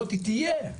היא תהיה.